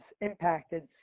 impacted